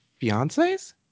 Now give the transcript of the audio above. fiancés